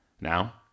Now